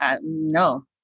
No